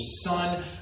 son